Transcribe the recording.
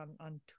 on